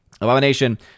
Abomination